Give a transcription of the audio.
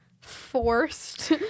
forced